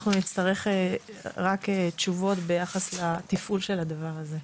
אנחנו נצטרך תשובות ביחס לתפעול של הדבר הזה.